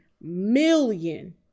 million